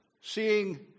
seeing